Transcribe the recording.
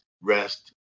rest